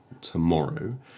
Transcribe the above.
tomorrow